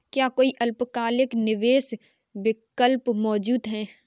क्या कोई अल्पकालिक निवेश विकल्प मौजूद है?